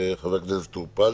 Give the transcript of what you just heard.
חבר הכנסת טור פז.